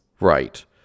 Right